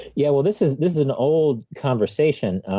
yeah, well, this is this is an old conversation.